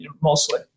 mostly